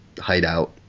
hideout